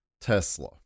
Tesla